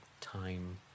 Time